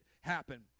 happen